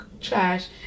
trash